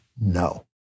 no